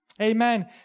Amen